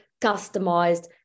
customized